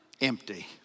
Empty